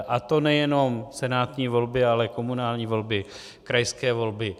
A to nejenom senátní volby, ale komunální volby, krajské volby.